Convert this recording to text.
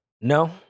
no